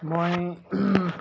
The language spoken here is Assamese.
মই